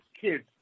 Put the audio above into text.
kids